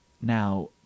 now